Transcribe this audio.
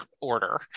order